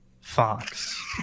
Fox